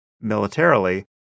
militarily